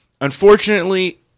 unfortunately